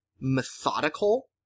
methodical